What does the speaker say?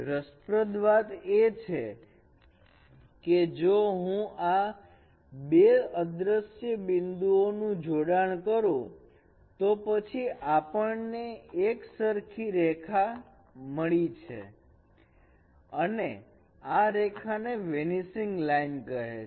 રસપ્રદ વાત એ છે કે જો હું આ બે અદ્રશ્ય બિંદુઓ નું જોડાણ કરું તો પછી આપણ ને એક રેખા મળી છે અને આ રેખા ને વીનીસિંગ લાઇન કહે છે